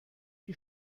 die